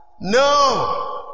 No